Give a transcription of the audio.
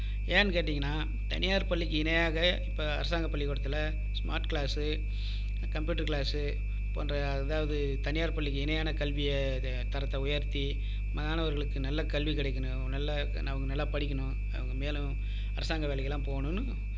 ஏன்னு கேட்டீங்கன்னால் தனியார் பள்ளிக்கு இணையாக இப்போ அரசாங்க பள்ளிக்கூடத்தில் ஸ்மார்ட் கிளாஸு கம்பியூட்டர் கிளாஸு போன்ற அதாவது தனியார் பள்ளிக்கு இணையான கல்வியை இது தரத்தை உயர்த்தி மாணவர்களுக்கு நல்ல கல்வி கிடைக்கணும் நல்ல நமக்கு நல்ல படிக்கணும் அவங்க மேலும் அரசாங்க வேலைக்கெல்லாம் போகணுன்னு